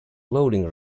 loading